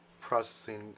processing